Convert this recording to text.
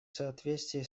соответствии